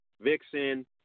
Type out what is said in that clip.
Vixen